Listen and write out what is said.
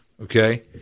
okay